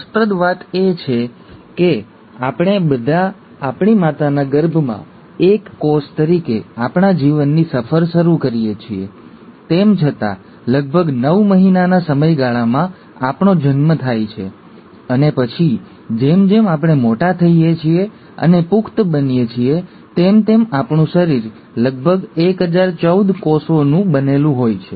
રસપ્રદ વાત એ છે કે આપણે બધા આપણી માતાના ગર્ભમાં એક કોષ તરીકે આપણા જીવનની સફર શરૂ કરીએ છીએ તેમ છતાં લગભગ નવ મહિનાના સમયગાળામાં આપણો જન્મ થાય છે અને પછી જેમ જેમ આપણે મોટા થઈએ છીએ અને પુખ્ત બનીએ છીએ તેમ તેમ આપણું શરીર લગભગ 1014 કોષોનું બનેલું હોય છે